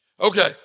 Okay